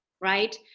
Right